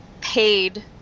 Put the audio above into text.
paid